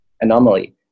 anomaly